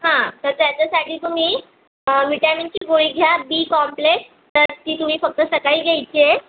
हा तर त्याच्यासाठी तुम्ही व्हिटामिन ची गोळी घ्या बी कॉम्प्लेक्स तर ती तुम्ही फक्त सकाळी घ्यायची आहे